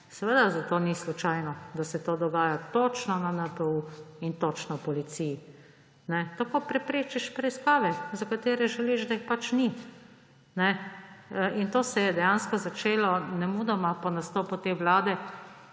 Seveda zato ni slučajno, da se to dogaja točno na NPU in točno v Policiji. Tako preprečiš preiskave, za katere želiš, da jih pač ni. In to se je dejansko začelo nemudoma po nastopu te